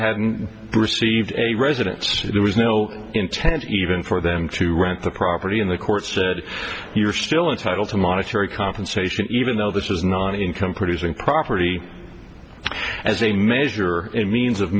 hadn't received a residence there was no intent even for them to rent the property and the courts said you were still entitle to monetary compensation even though this was not an income producing property as a measure in means of